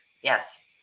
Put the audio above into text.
Yes